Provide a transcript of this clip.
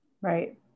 right